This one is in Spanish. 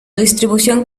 distribución